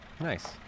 Nice